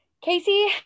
Casey